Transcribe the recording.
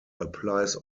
applies